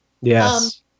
Yes